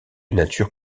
nature